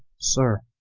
sir,